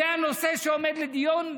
זה הנושא שעומד לדיון?